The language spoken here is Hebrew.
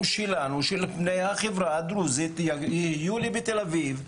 שלנו של בני החברה הדרוזית יחיו בתל אביב,